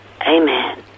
Amen